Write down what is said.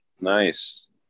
Nice